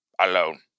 alone